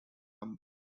company